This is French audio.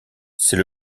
c’est